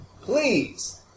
please